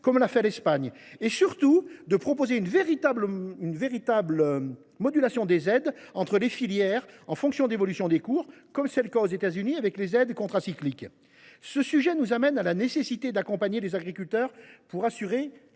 comme l’a fait l’Espagne. Surtout, elle doit proposer une véritable modulation des aides entre les filières en fonction de l’évolution des cours, comme c’est le cas aux États Unis avec les aides contracycliques. Ce sujet me conduit à évoquer la nécessité d’accompagner les agriculteurs pour assurer